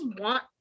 want